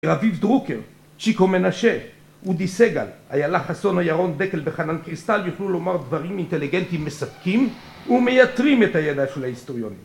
רביב דרוקר, צ'יקו מנשה, אודי סגל, אילה חסון, ירון דקל וחנן קריסטל, יוכלו לומר דברים אינטליגנטים מספקים ומייתרים את הידע של ההיסטוריונים